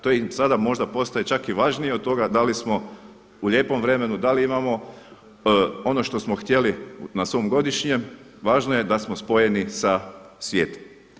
To sada možda postaje čak i važnije od toga da li smo u lijepom vremenu, da li imamo ono što smo htjeli na svom godišnjem, važno je da smo spojeni sa svijetom.